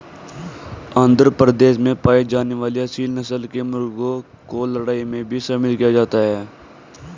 आंध्र प्रदेश में पाई जाने वाली एसील नस्ल के मुर्गों को लड़ाई में भी शामिल किया जाता है